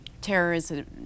terrorism